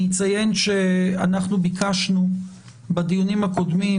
אני אציין שביקשנו בדיונים הקודמים